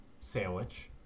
sandwich